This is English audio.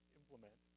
implement